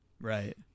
right